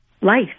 life